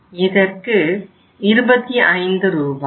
இதற்கு 25 ரூபாய்